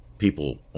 people